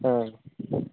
ம்